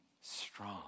strong